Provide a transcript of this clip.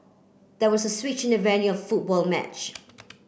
there was a switch in the venue football match